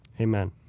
Amen